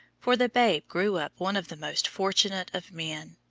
for the babe grew up one of the most fortunate of men.